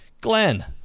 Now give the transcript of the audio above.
Glenn